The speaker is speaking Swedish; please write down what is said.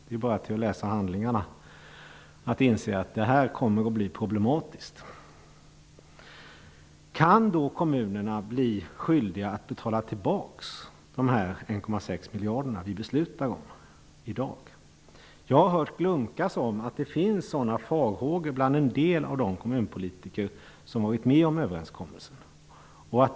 Om nu inte väginvesteringarna kan finansieras eller om de av andra skäl inte kommer till stånd kan kommunerna då bli skyldiga att betala tillbaks de 1,6 miljarder som vi beslutar om i dag? Jag har hört glunkas om att det finns sådana farhågor bland en del av de kommunpolitiker som varit med om överenskommelsen.